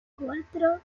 cuatro